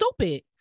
stupid